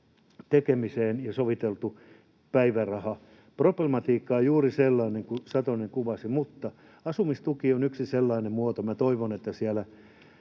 tekemisen ja sovitellun päivärahan problematiikkaan on juuri sellainen kuin Satonen kuvasi, mutta asumistuki on yksi sellainen muoto, jonka toivon siellä